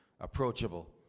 approachable